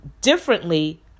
differently